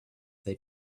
they